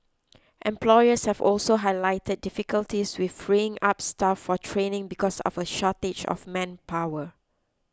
employers have also highlighted difficulties with freeing up staff for training because of a shortage of manpower